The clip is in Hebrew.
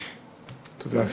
תודה.